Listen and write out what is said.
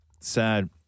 sad